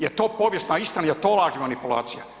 Jel to povijesna istina, jel to laž i manipulacija?